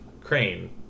Crane